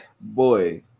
Boy